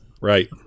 Right